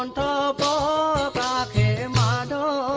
um da da da da um ah da